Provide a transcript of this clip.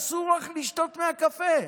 אסור לך לשתות מהקפה,